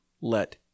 let